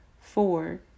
Four